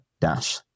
dash